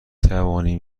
توانیم